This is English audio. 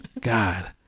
God